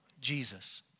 Jesus